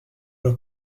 leur